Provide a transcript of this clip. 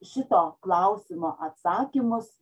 šito klausimo atsakymus